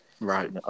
right